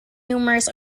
numerous